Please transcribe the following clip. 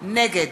נגד